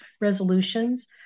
resolutions